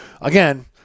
again